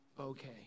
okay